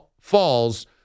falls